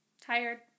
tired